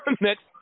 next